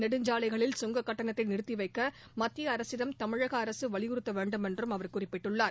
நெடுஞ்சாலைகளில் சுங்கக் கட்டணத்தை நிறுத்திவைக்க மத்திய அரசிடம் தமிழக அரசு வலியுறுத்த வேண்டும் என்றும் அவர் குறிப்பிட்டுள்ளார்